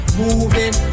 moving